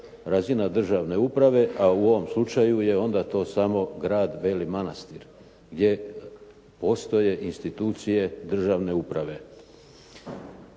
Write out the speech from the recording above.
razina državne uprave, a u ovom slučaju je onda to samo grad Beli Manastir gdje postoje institucije državne uprave.